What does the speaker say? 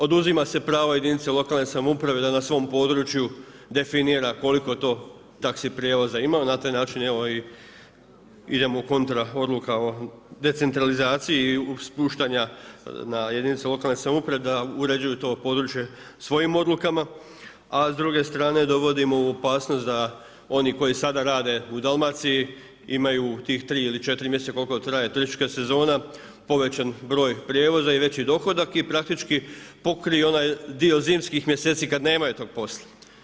Oduzima se pravo jedinici lokalne samouprave da na svom području definira koliko to taxi prijevoza ima, na taj način evo i idemo u kontra odluka o decentralizaciji i spuštanja na jedinice lokalne samouprave da uređuju to područje svojim odlukama, a s druge strane dovodimo u opasnost da oni koji sada rade u Dalmaciji imaju tih 3 ili 4 mjeseca, koliko traje turistička sezona, povećan broj prijevoza i veći dohodak i praktički pokrije onaj dio zimskih mjeseci kad nemaju tog posla.